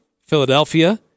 Philadelphia